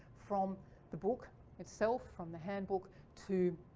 from the book itself, from the handbook to